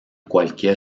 cualquier